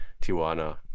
Tijuana